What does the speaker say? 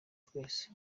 twese